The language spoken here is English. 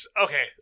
okay